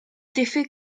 diffyg